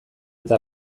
eta